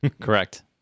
Correct